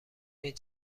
این